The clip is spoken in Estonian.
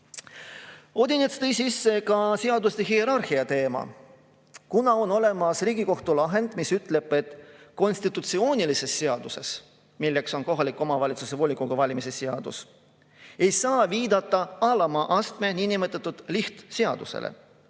Odinets tõi sisse ka seaduste hierarhia teema. On olemas Riigikohtu lahend, mis ütleb, et konstitutsioonilises seaduses, milleks on ka kohaliku omavalitsuse volikogu valimise seadus, ei saa viidata alama astme, niinimetatud lihtseadusele.